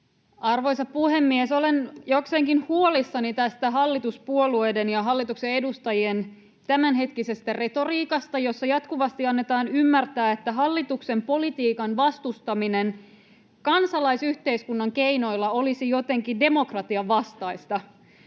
Arvoisa puhemies! Olen jokseenkin huolissani tästä hallituspuolueiden ja hallituksen edustajien tämänhetkisestä retoriikasta, jossa jatkuvasti annetaan ymmärtää, että hallituksen politiikan vastustaminen kansalaisyhteiskunnan keinoilla olisi jotenkin demokratian vastaista.